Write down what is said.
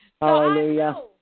Hallelujah